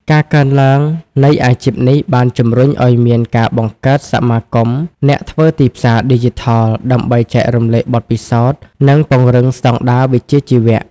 ការកើនឡើងនៃអាជីពនេះបានជំរុញឱ្យមានការបង្កើតសមាគមអ្នកធ្វើទីផ្សារឌីជីថល ដើម្បីចែករំលែកបទពិសោធន៍ និងពង្រឹងស្តង់ដារវិជ្ជាជីវៈ។